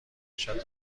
کشد